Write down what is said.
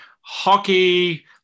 hockey